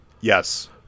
Yes